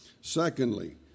Secondly